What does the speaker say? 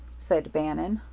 said bannon.